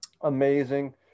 amazing